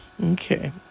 Okay